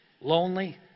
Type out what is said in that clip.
lonely